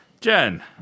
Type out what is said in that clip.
Jen